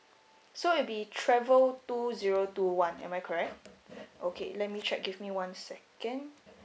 so it'll be travel two zero two one am I correct okay let me check give me one second